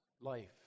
life